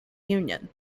union